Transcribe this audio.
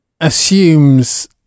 assumes